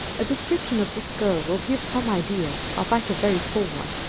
a description of this girl will give some idea, albeit a very poor one,